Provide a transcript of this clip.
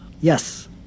Yes